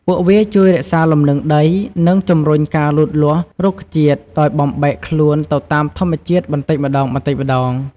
ពួកវាជួយរក្សាលំនឹងដី និងជំរុញការលូតលាស់រុក្ខជាតិដោយបំបែកខ្លួនទៅតាមធម្មជាតិបន្តិចម្តងៗ។